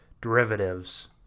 derivatives